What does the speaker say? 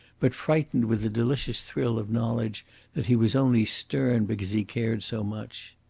but frightened with a delicious thrill of knowledge that he was only stern because he cared so much.